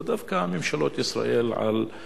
זה ישראל, זה דווקא ממשלות ישראל לדורותיהן.